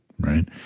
Right